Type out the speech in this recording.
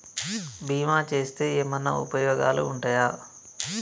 బీమా చేస్తే ఏమన్నా ఉపయోగాలు ఉంటయా?